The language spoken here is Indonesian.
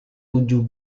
tujuh